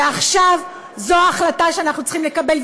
ועכשיו זו החלטה שאנחנו צריכים לקבל.